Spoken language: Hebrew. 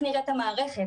איך נראית המערכת,